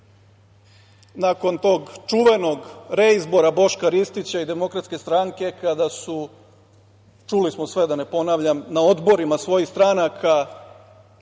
nakon tog čuvenog reizbora Boška Ristića i DS, kada su, čuli smo sve, da ne ponavljam, na odborima svojih stranaka